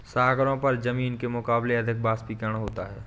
सागरों पर जमीन के मुकाबले अधिक वाष्पीकरण होता है